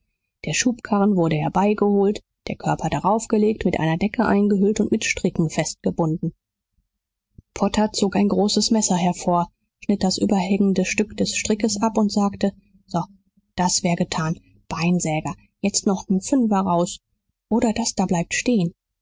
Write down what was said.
der schubkarren wurde herbeigeholt der körper daraufgelegt mit einer decke eingehüllt und mit stricken festgebunden potter zog ein großes messer hervor schnitt das überhängende stück des strickes ab und sagte so das wär getan beinsäger jetzt noch nen fünfer raus oder das da bleibt stehen